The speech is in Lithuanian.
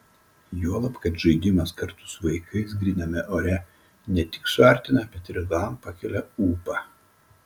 juolab kad žaidimas kartu su vaikais gryname ore ne tik suartina bet ir ilgam pakelia ūpą